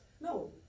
No